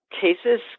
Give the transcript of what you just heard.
cases